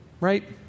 right